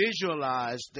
visualize